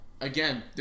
Again